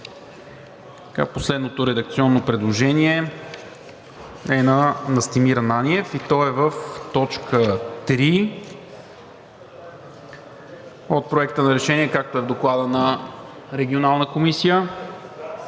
Последното редакционно предложение е на Настимир Ананиев – в т. 3 от Проекта на решение, както е в Доклада на Регионалната комисия,